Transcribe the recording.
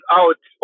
out